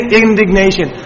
indignation